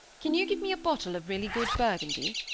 can you give me a bottle of really good burgundy?